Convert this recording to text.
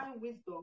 wisdom